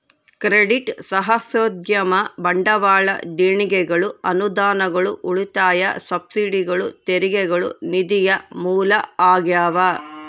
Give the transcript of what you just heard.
credit ಸಾಹಸೋದ್ಯಮ ಬಂಡವಾಳ ದೇಣಿಗೆಗಳು ಅನುದಾನಗಳು ಉಳಿತಾಯ ಸಬ್ಸಿಡಿಗಳು ತೆರಿಗೆಗಳು ನಿಧಿಯ ಮೂಲ ಆಗ್ಯಾವ